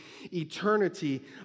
eternity